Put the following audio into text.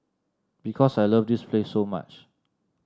because I love this place so much